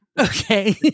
Okay